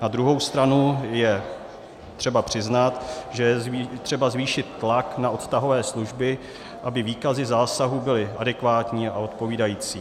Na druhou stranu je třeba přiznat, že je třeba zvýšit tlak na odtahové služby, aby výkazy zásahů byly adekvátní a odpovídající.